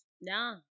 No